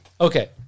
Okay